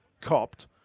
copped